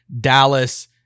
Dallas